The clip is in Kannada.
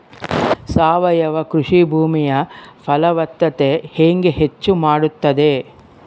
ಸಾವಯವ ಕೃಷಿ ಭೂಮಿಯ ಫಲವತ್ತತೆ ಹೆಂಗೆ ಹೆಚ್ಚು ಮಾಡುತ್ತದೆ?